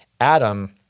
Adam